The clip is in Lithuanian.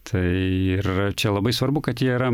tai ir čia labai svarbu kad jie yra